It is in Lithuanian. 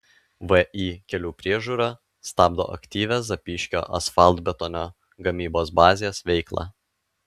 vį kelių priežiūra stabdo aktyvią zapyškio asfaltbetonio gamybos bazės veiklą